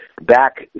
back